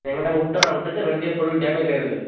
நான் எங்கேனா போய் விட்டுர்றேன் விட்டுட்டு வண்டி ஃபுல் டேமேஜ் ஆகிடுது